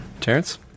Terrence